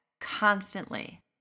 constantly